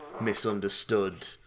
misunderstood